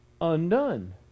undone